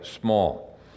small